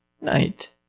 night